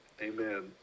Amen